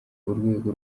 urwego